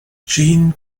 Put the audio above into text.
gene